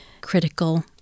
critical